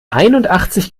einundachtzig